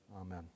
Amen